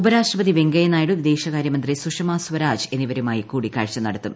ഉപരാഷ്ട്ര പതി വെങ്കയ്യനായിഡു വിദേശ കാര്യമന്ത്രി സുഷമ സ്വരാജ് എന്നിവരുമായും കൂടിക്കാഴ്ച നടത്തും